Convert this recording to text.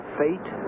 fate